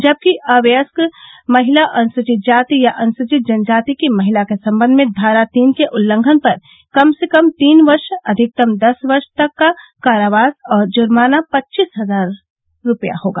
जबकि अवयस्क महिला अनुसूचित जाति या अनुसूचित जनजाति की महिला के सम्बन्ध में धारा तीन के उल्लंघन पर कम से कम तीन वर्ष अधिकतम दस वर्ष तक का कारावास और जुर्माना पच्चीस हजार रूपया होगा